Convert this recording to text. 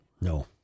No